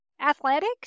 athletic